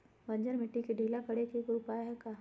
बंजर मिट्टी के ढीला करेके कोई उपाय है का?